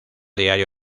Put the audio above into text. diario